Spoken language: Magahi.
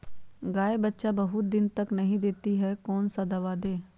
गाय बच्चा बहुत बहुत दिन तक नहीं देती कौन सा दवा दे?